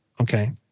okay